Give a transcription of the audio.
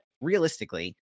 realistically-